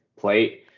plate